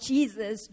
Jesus